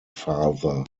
father